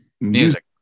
music